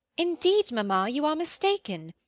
indeed, mamma, you are mistaken.